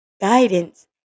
guidance